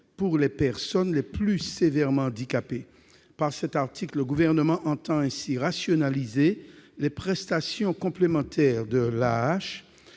pour les personnes les plus sévèrement handicapées, adopté en 2005. Le Gouvernement entend ainsi rationaliser les prestations complémentaires de